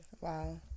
Wow